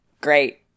great